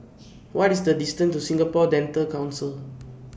What IS The distance to Singapore Dental Council